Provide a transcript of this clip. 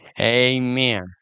Amen